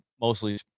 mostly